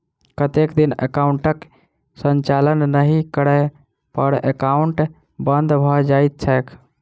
कतेक दिन एकाउंटक संचालन नहि करै पर एकाउन्ट बन्द भऽ जाइत छैक?